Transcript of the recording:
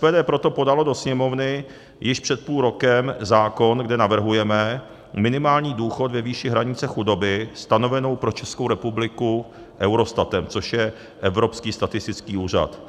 SPD proto podalo do Sněmovny již před půlrokem zákon, kde navrhujeme minimální důchod ve výši hranice chudoby stanovenou pro Českou republiku Eurostatem, což je Evropský statistický úřad.